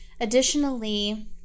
additionally